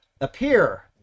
Appear